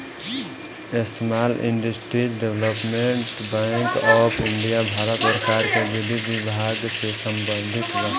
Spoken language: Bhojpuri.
small industries development bank of India Bharat सरकार के विधि विभाग से संबंधित बा